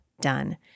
done